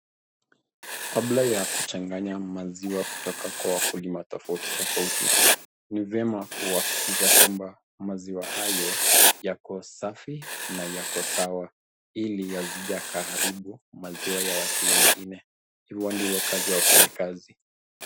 Kabla ya kuchangaya maziwa kutoka kwa wakulima tofauti tofauti, ni vyema kuhakikisha kwamba maziwa hayo yako safi na yako sawa. Ili yasije yakaharibu maziwa ya watu wengine. Hivyo ndivyo kazi ya wafanyekasi.